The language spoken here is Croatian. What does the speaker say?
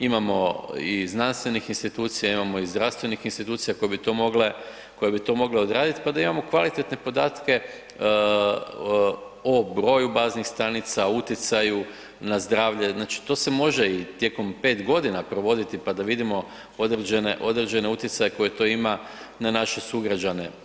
Imamo i znanstvenih institucija, imamo i zdravstvenih institucija koje bi to mogle odraditi pa da imamo kvalitetne podatke o broju baznih stanica, utjecaju na zdravlje, znači to se može i tijekom 5 godina provoditi pa da vidimo određene utjecaje koje to ima na naše sugrađane.